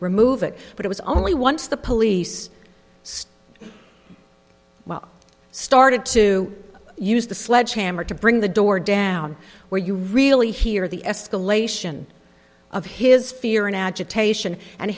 remove it but it was only once the police state well started to use the sledgehammer to bring the door down where you really hear the escalation of his fear and agitation and